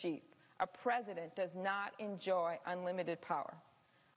chief our president does not enjoy unlimited power